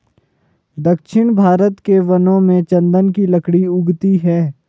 दक्षिण भारत के वनों में चन्दन की लकड़ी उगती है